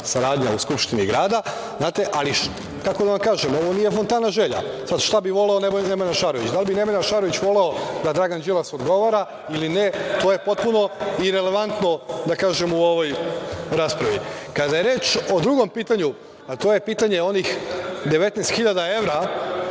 saradnja u Skupštini grada. Kako da vam kažem, ovo nije fontana želja, sad šta bi voleo Nemanja Šarović, da li bi Nemanja Šarović voleo da Dragan Đilas odgovara ili ne, to je potpuno irelevantno, da kažem, u ovoj raspravi. Kada je reč o drugom pitanju, a to je pitanje onih 19 hiljada